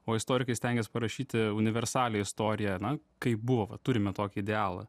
o istorikai stengias parašyti universalią istoriją na kaip buvo va turime tokį idealą